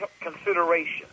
consideration